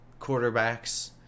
quarterbacks